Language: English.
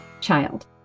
child